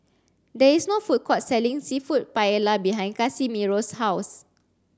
there is no food court selling Seafood Paella behind Casimiro's house